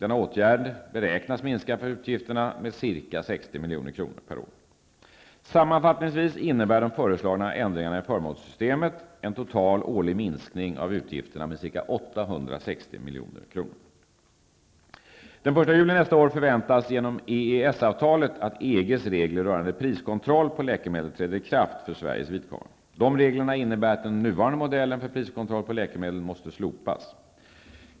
Denna åtgärd beräknas minska försäkringsutgifterna med ca 60 milj.kr. per år. Sammanfattningsvis innebär de föreslagna ändringarna i förmånssystemet för läkemedel en total årlig minskning av försäkringens utgifter med ca 860 milj.kr. EG:s regler rörande priskontroll på läkemedel träder i kraft för Sveriges vidkommande. De reglerna innebär att den nuvarande modellen för priskontroll på läkemedel måste slopas.